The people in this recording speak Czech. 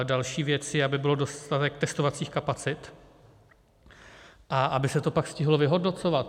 Další věc je, aby byl dostatek testovacích kapacit a aby se to pak stihlo vyhodnocovat.